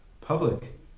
public